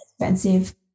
expensive